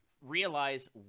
realize